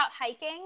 hiking